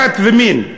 דת ומין.